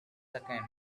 seconds